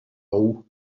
roue